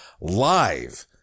live